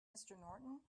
norton